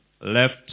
left